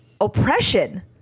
oppression